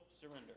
surrender